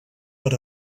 per